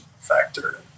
factor